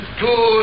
two